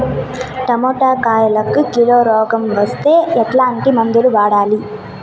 Tomato కాయలకు kilo రోగం వస్తే ఎట్లాంటి మందులు వాడాలి?